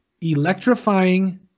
electrifying